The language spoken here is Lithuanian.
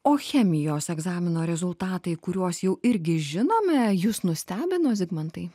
o chemijos egzamino rezultatai kuriuos jau irgi žinome jus nustebino zigmantai